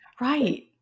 Right